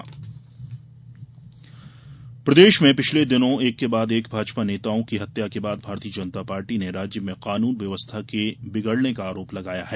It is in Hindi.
भाजपा आंदोलन प्रदेश में पिछले दिनों एक के बाद एक भाजपा नेताओं की हत्या के बाद भारतीय जनता पार्टी ने राज्य में कानून व्यवस्था के बिगड़ने का आरोप लगाया है